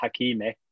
Hakimi